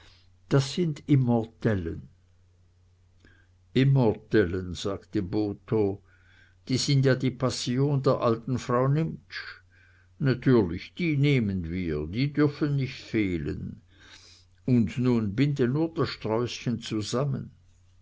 das sind immortellen immortellen sagte botho die sind ja die passion der alten frau nimptsch natürlich die nehmen wir die dürfen nicht fehlen und nun binde nur das sträußchen zusammen